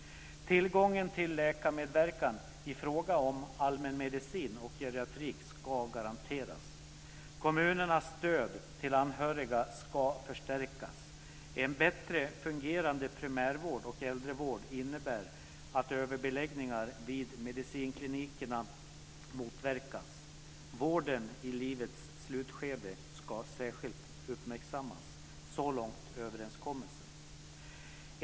Tillgången till läkarmedverkan i fråga om allmänmedicin och geriatrik ska garanteras. Kommunernas stöd till anhöriga ska förstärkas. En bättre fungerande primärvård och äldrevård innebär att överbeläggningar vid medicinklinikerna motverkas. Vården i livets slutskede ska särskilt uppmärksammas. Så långt överenskommelsen.